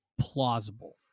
plausible